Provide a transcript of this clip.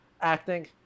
acting